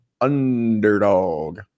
Underdog